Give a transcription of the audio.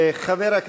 שני קולות פסולים,